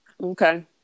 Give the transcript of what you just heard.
Okay